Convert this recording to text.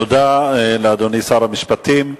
תודה לאדוני שר המשפטים.